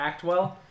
Actwell